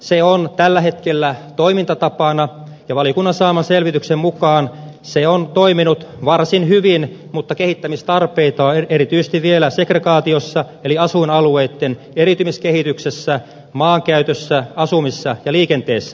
se on tällä hetkellä toimintatapana ja valiokunnan saaman selvityksen mukaan se on toiminut varsin hyvin mutta kehittämistarpeita on erityisesti vielä segregaatiossa eli asuinalueitten eriytymiskehityksessä maankäytössä asumisessa ja liikenteessä